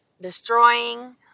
destroying